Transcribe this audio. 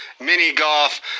mini-golf